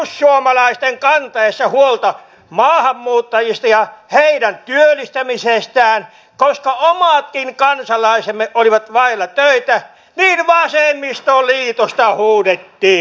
perussuomalaisten kantaessa huolta maahanmuuttajista ja heidän työllistämisestään koska omatkin kansalaisemme olivat vailla töitä minä vaan se ei oo vasemmistoliitosta huudettiin